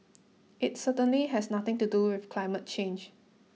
it certainly has nothing to do with climate change